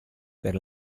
per